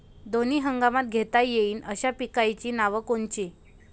दोनी हंगामात घेता येईन अशा पिकाइची नावं कोनची?